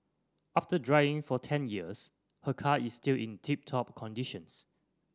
after driving for ten years her car is still in tip top conditions